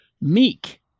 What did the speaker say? Meek